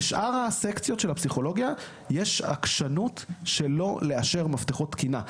בשאר הסקציות של הפסיכולוגיה יש עקשנות שלא לאשר מפתחות תקינה.